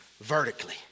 vertically